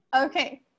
Okay